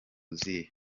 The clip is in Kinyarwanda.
zihe